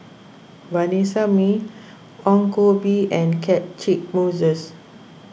Vanessa Mae Ong Koh Bee and Catchick Moses